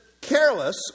...careless